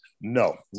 no